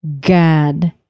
god